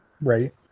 Right